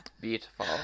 Beautiful